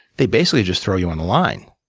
they basically just throw you on the line.